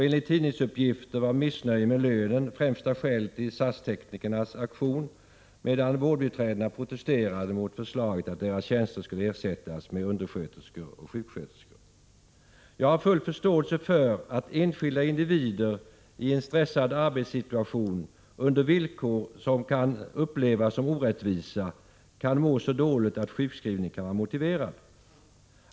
Enligt tidningsuppgifter var missnöje med lönen främsta skälet till SAS-teknikernas aktion, medan vårdbiträdena protesterade mot förslaget att deras tjänster skulle ersättas med undersköterskor och sjuksköterskor. Jag har full förståelse för att enskilda individer i en stressad arbetssituation, under villkor som kan upplevas som orättvisa, kan må så dåligt att sjukskrivning kan vara motiverad.